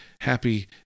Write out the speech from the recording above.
happy